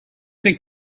think